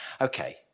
Okay